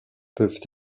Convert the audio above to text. peuvent